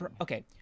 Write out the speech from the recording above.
Okay